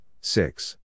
Six